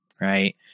right